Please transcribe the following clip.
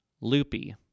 loopy